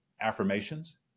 affirmations